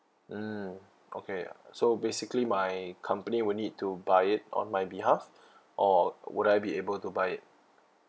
mm okay ya so basically my company would need to buy it on my behalf or would I be able to buy it